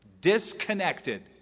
Disconnected